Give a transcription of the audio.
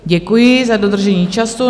Děkuji za dodržení času.